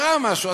קרה משהו.